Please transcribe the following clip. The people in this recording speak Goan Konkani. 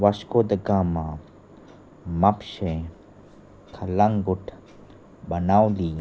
वास्को द गाम म्हापशें कलांगूट बनावली